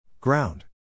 Ground